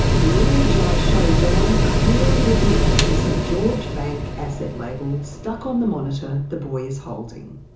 the image i show don clearly reveals the st george bank asset label stuck on the monitor the boy is holding.